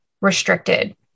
restricted